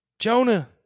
Jonah